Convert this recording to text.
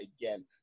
again